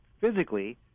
physically